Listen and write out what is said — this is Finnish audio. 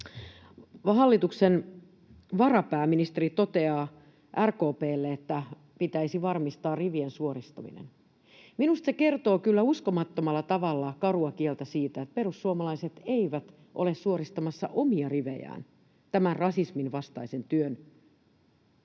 hallituksen varapääministeri, toteaa RKP:lle, että pitäisi varmistaa rivien suoristuminen. Minusta se kertoo kyllä uskomattomalla tavalla karua kieltä siitä, että perussuomalaiset eivät ole suoristamassa omia rivejään tämän rasismin vastaisen työn